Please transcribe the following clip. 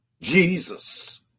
jesus